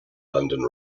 london